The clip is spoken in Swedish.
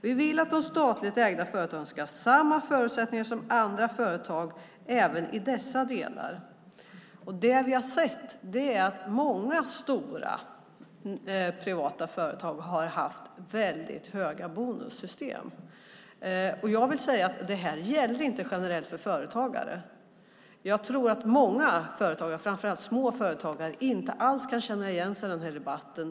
Vi vill att de statligt ägda företagen ska ha samma förutsättningar som andra företag även i dessa delar." Det vi har sett är att många stora privata företag har haft system med väldigt höga bonusar. Jag vill säga att det här inte gällde generellt för företagare. Jag tror att många företagare, framför allt små företagare, inte alls kan känna igen sig i den här debatten.